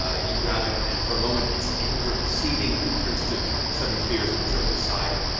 ah you grab it and for a moment its anger, seething, turns to sudden fear as it looks over the side.